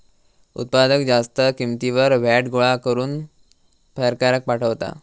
उत्पादक जास्त किंमतीवर व्हॅट गोळा करून सरकाराक पाठवता